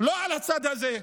לא על הצד הזה,